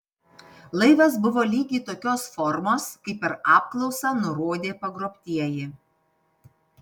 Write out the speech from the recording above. laivas buvo lygiai tokios formos kaip per apklausą nurodė pagrobtieji